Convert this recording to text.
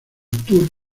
tour